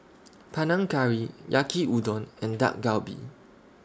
Panang Curry Yaki Udon and Dak Galbi